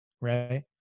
right